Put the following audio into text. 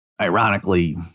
Ironically